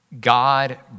God